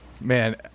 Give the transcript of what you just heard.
Man